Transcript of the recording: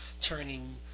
turning